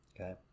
okay